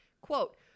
Quote